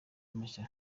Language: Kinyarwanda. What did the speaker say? mashya